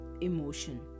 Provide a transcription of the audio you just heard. emotion